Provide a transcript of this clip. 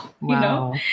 wow